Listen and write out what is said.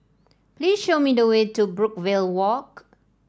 please show me the way to Brookvale Walk